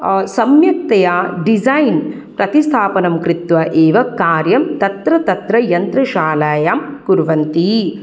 सम्यक्तया डिज़ैन् प्रतिस्थापनं कृत्वा एव कार्यं तत्र तत्र यन्त्रशालायां कुर्वन्ति